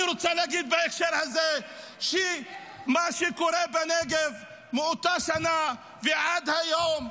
אני רוצה להגיד בהקשר הזה שמה שקורה בנגב מאותה שנה ועד היום,